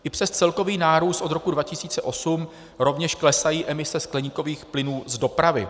I přes celkový nárůst od roku 2008 rovněž klesají emise skleníkových plynů z dopravy.